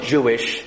Jewish